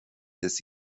des